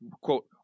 Quote